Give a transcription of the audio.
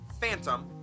PHANTOM